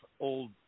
old